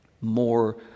more